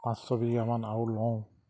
পাঁচ ছবিঘামান আৰু লওঁ